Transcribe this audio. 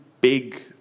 big